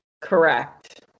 correct